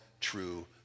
true